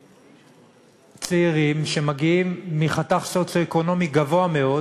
לצעירים שמגיעים מחתך סוציו-אקונומי גבוה מאוד,